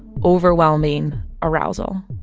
overwhelming arousal